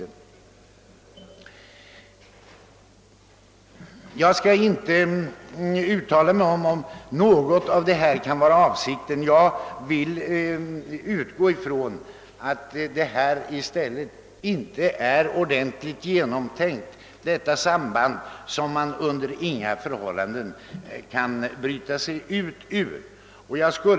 Jag skall inte uttala mig om huruvida något av detta kan vara avsikten, utan jag utgår i stället från att detta samband, som vi under inga förhållanden kan bryta oss ur, inte är ordentligt genomtänkt.